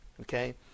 okay